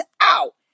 out